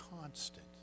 constant